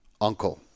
uncle